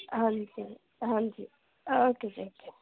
ਹਾਂਜੀ ਹਾਂਜੀ okay thank you